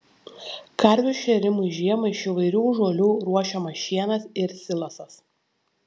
karvių šėrimui žiemą iš įvairių žolių ruošiamas šienas ir silosas